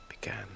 began